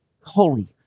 holy